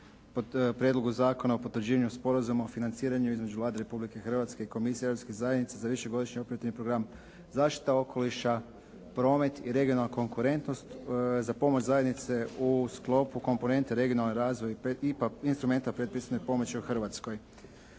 o Prijedlogu Zakona o potvrđivanju Sporazuma o financiranju između Vlade Republike Hrvatske i Komisije europskih zajednica za višegodišnji operativni program, zaštita okoliša, promet i regionalne konkurentnost za pomoć zajednice u sklopu komponente regionalni razvoj IPA, instrumenta predpristupne pomoć u Hrvatskoj.